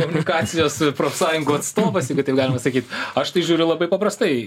aplikacijos profsąjungų atstovas jeigu taip galima sakyt aš tai žiūriu labai paprastai